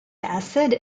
acid